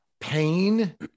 pain